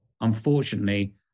unfortunately